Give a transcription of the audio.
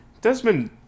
Desmond